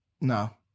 No